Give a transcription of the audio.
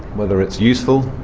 whether it's useful,